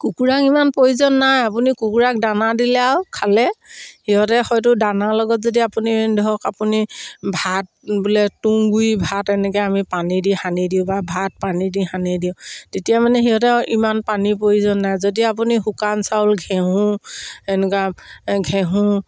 কুকুৰাক ইমান প্ৰয়োজন নাই আপুনি কুকুৰাক দানা দিলে আৰু খালে সিহঁতে হয়তো দানাৰ লগত যদি আপুনি ধৰক আপুনি ভাত বোলে তুং গুৰি ভাত এনেকৈ আমি পানী দি সানি দিওঁ বা ভাত পানী দি সানি দিওঁ তেতিয়া মানে সিহঁতে ইমান পানীৰ প্ৰয়োজন নাই যদি আপুনি শুকান চাউল ঘেঁহু এনেকুৱা ঘেহুঁ